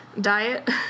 diet